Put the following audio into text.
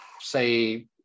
say